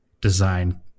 design